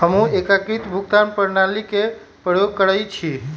हमहु एकीकृत भुगतान प्रणाली के प्रयोग करइछि